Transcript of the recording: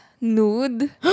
nude